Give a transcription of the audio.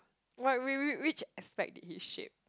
what wait wait which aspect did he shape